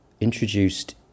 introduced